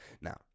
Now